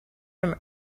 from